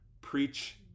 preach